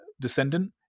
descendant